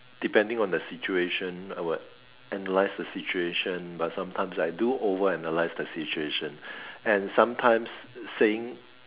depending on the situation I would analyse the situation but sometimes I do over-analyse the situation and sometimes saying